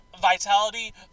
Vitality